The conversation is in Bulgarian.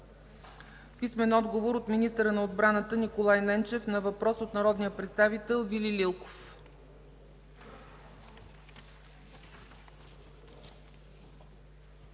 Ахмедов; - от министъра на отбраната Николай Ненчев на въпрос от народния представител Вили Лилков.